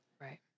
right